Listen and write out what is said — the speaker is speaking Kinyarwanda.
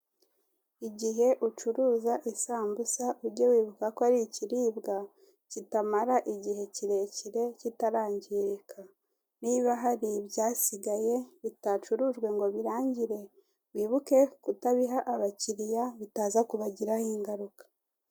Igihe ucuruza isambusa uge wibuka ko ari ikiribwa kitamara igihe kirekire kitarangirika. Niba hari ibyasigaye bitacurujwe ngo birangire wibuke kutabiha abakiriya bitaza kubagiraho ingaruka.